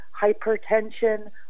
hypertension